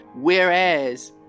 Whereas